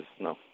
no